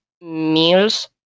meals